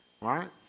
right